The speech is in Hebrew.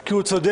כי הוא צודק,